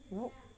nop